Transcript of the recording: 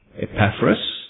Epaphras